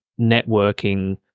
networking